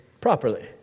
properly